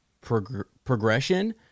progression